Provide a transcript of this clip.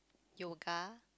yoga